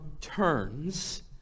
turns